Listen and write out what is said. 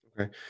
Okay